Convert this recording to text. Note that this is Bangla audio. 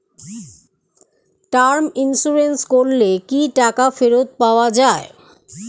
টার্ম ইন্সুরেন্স করলে কি টাকা ফেরত পাওয়া যায়?